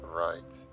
right